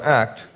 act